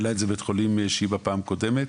העלה את זה בית חולים שיבא בפעם הקודמת,